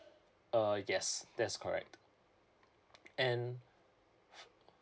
uh yes that's correct and